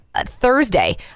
thursday